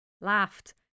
laughed